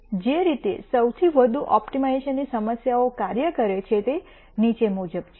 હવે જે રીતે સૌથી વધુ ઓપ્ટિમાઇઝેશનની સમસ્યાઓ કાર્ય કરે છે તે નીચે મુજબ છે